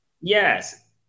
Yes